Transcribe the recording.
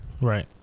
Right